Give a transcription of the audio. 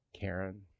Karen